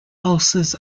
ulcers